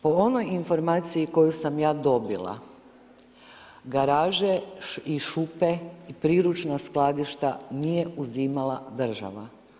Po onoj informaciji koju sam ja dobila garaže i šupe, priručna skladišta nije uzimala država.